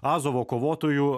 azovo kovotojų